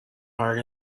heart